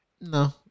no